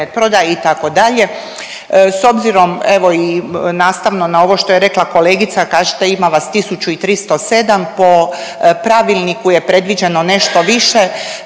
itd., s obzirom evo i nastavna na ovo što je rekla kolegica, kažete, ima vas 1307. Po pravilniku je predviđeno nešto više,